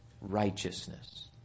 righteousness